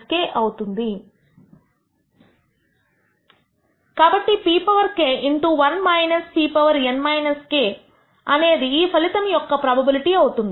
కాబట్టి pk 1 pn - k అనేది ఈ ఫలితం యొక్క ప్రోబబిలిటీ అవుతుంది